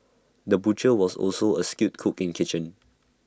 the butcher was also A skilled cook in kitchen